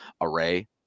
array